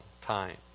time